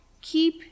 keep